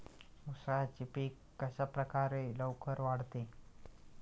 उसाचे पीक कशाप्रकारे लवकर वाढते?